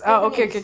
tampines